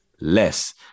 less